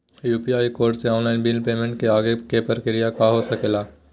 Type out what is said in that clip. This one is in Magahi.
यू.पी.आई कोड से ऑनलाइन बिल पेमेंट के आगे के प्रक्रिया का हो सके ला?